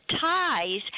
ties